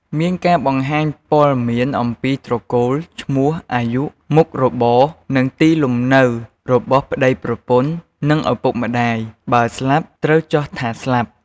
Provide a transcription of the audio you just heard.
មានការបង្ហាញព័ត៌មានអំពីត្រកូល ឈ្មោះ អាយុ មុខរបរ និងទីលំនៅរបស់ប្ដីប្រពន្ធ និងឪពុកម្ដាយ បើស្លាប់ត្រូវចុះថាស្លាប់។